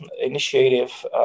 initiative